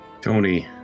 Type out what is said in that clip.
Tony